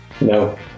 No